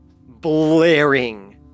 blaring